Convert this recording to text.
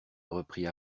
reprit